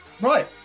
Right